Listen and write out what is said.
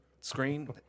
screen